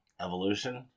Evolution